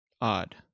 odd